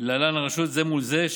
זה מול זו,